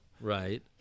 Right